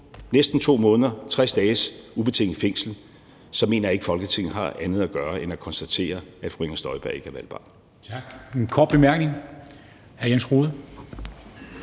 næsten 2 måneders – 60 dages – ubetinget fængsel, så mener jeg ikke, at Folketinget har andet at gøre end at konstatere, at fru Inger Støjberg ikke er valgbar. Kl. 17:05 Formanden